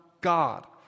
God